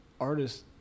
artists